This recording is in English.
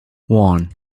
one